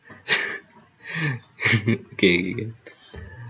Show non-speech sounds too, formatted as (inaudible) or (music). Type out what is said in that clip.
(laughs) okay okay